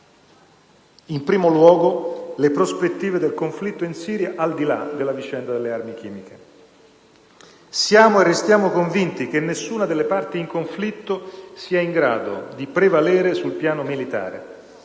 In primo luogo, le prospettive del conflitto in Siria, al di là della vicenda delle armi chimiche. Siamo e restiamo convinti che nessuna delle parti in conflitto sia in grado di prevalere sul piano militare,